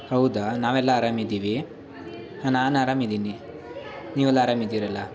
ಹೌದಾ ನಾವೆಲ್ಲ ಅರಾಮಿದ್ದೀವಿ ಹಾಂ ನಾನು ಅರಾಮಿದ್ದೀನಿ ನೀವೆಲ್ಲ ಅರಾಮಿದ್ದೀರಲ್ವ